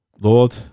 Lord